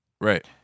Right